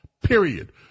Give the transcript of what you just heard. period